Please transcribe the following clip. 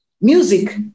music